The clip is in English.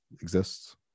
exists